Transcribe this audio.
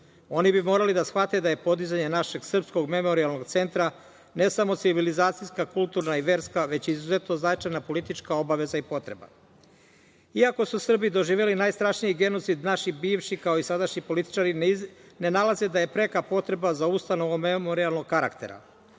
Oni bi morali da shvate da je podizanje našeg srpskog memorijalnog centra ne samo civilizacijska, kulturna, verska, već i izuzetno značajna politička obaveza i potreba. Iako su Srbi doživeli najstrašniji genocid, naši bivši, kao i sadašnji političari, ne nalaze da je preka potreba za ustanovom memorijalnog karaktera.